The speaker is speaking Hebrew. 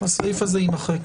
הסעיף הזה יימחק.